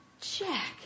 Jack